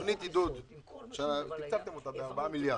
תוכנית עידוד שתקצבתם אותה ב-4 מיליארד.